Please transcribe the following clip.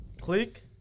click